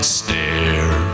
stare